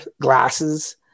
glasses